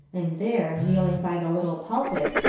and there, kneeling by the little pulpit,